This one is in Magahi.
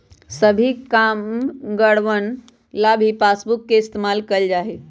सभी कामगारवन ला भी पासबुक के इन्तेजाम कइल जा हई